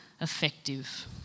effective